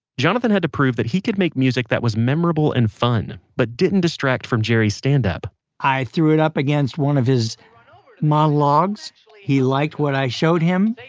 jonathan had to prove he could make music that was memorable and fun, but didn't distract from jerry's standup i threw it up against one of his monologues he liked what i showed him.